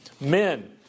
Men